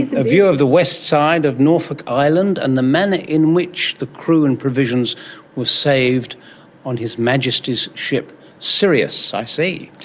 a view of the west side of norfolk island and the manner in which the crew and provisions were saved on his majesty's ship the sirius. i see.